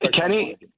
Kenny